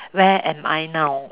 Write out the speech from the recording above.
where am I now